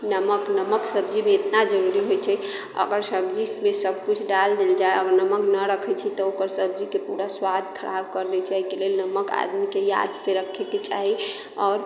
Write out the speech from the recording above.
नमक नमक सब्जीमे इतना जरूरी होइत छै अगर सब्जीमे सभकिछु डालि देल जाइ अगर नमक नहि रखैत छी तऽ ओकर सब्जीके पूरा स्वाद खराब कर दय छै एहिके लेल नमक आदमीकेँ याद से रखैके चाही आओर